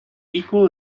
equal